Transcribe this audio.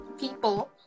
people